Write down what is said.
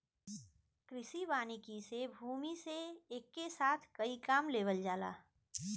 कृषि वानिकी से भूमि से एके साथ कई काम लेवल जाला